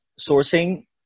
sourcing